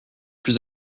plus